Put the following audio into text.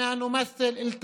(אומר בערבית: אנו משרתים נאמנה.